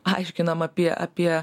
aiškinam apie apie